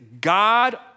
God